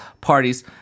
parties